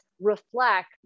reflect